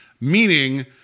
Meaning